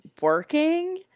working